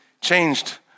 changed